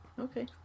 Okay